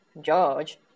George